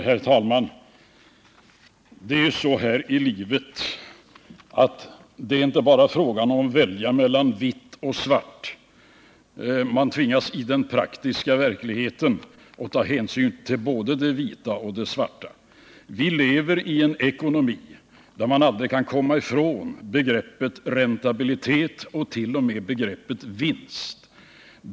Herr talman! Det är så här i livet att det inte bara är fråga om att välja mellan vitt och svart. Man tvingas i den praktiska verkligheten att ta hänsyn till både det vita och det svarta. Vi lever i en ekonomi där man aldrig kan komma ifrån begreppet räntabilitet och inte heller begreppet vinst.